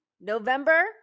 November